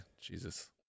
Jesus